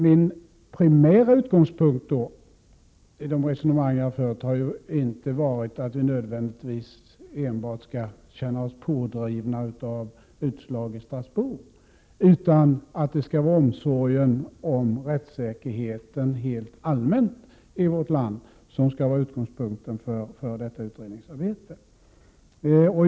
Min primära utgångspunkt i det resonemang jag har fört har inte varit att vi nödvändigtvis skall känna oss pådrivna enbart av utslag i Strasbourg, utan att det skall vara omsorgen om rättssäkerheten helt allmänt i vårt land som skall vara utgångspunkten för detta utredningsarbete.